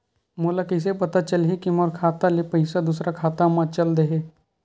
मोला कइसे पता चलही कि मोर खाता ले पईसा दूसरा खाता मा चल देहे?